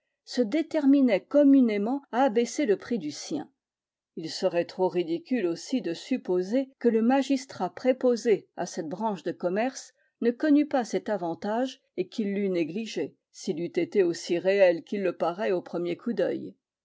se déterminait communément à abaisser le prix du sien il serait trop ridicule aussi de supposer que le magistrat préposé à cette branche de commerce ne connût pas cet avantage et qu'il l'eût négligé s'il eût été aussi réel qu'il le paraît au premier coup d'œil